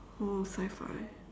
oh sci-fi